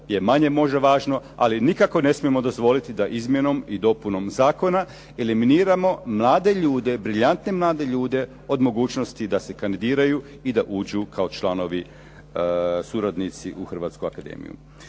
je manje možda važno ali nikako ne smijemo dozvoliti da izmjenom i dopunom zakona eliminiramo mlade ljude, briljantne mlade ljude od mogućnosti da se kandidiraju i da uđu kao članovi suradnici u Hrvatsku akademiju.